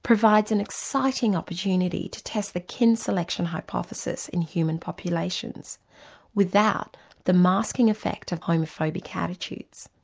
provides an exciting opportunity to test the kin selection hypothesis in human populations without the masking effect of homophobic attitudes.